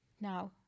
now